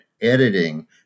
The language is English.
editing